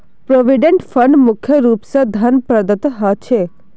provident फंडत मुख्य रूप स धन प्रदत्त ह छेक